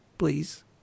please